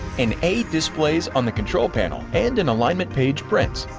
an a displays on the control panel and an alignment page prints.